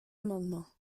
amendement